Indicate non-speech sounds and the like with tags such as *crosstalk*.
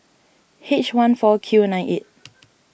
H one four Q nine eight *noise*